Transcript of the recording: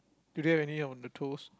is there any on the toes